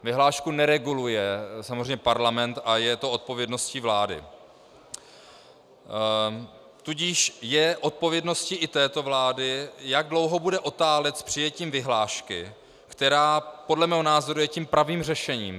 Vyhlášku nereguluje samozřejmě parlament a je to odpovědností vlády, tudíž je odpovědností i této vlády, jak dlouho bude otálet s přijetím vyhlášky, která podle mého názoru je tím pravým řešením.